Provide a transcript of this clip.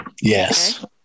yes